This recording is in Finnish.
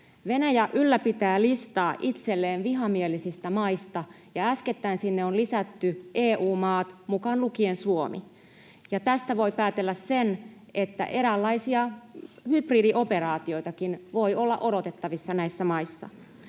Venäjä ylläpitää listaa itselleen vihamielisistä maista, ja äskettäin sinne on lisätty EU-maat mukaan lukien Suomi. Tästä voi päätellä sen, että eräänlaisia hybridioperaatioitakin voi olla odotettavissa näissä maissa.